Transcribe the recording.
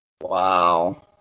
Wow